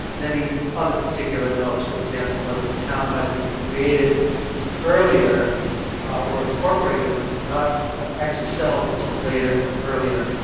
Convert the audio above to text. and any other particular notes. for example, whether the town might have been created earlier or incorporated but not actually settled until later or earlier.